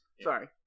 Sorry